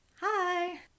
Hi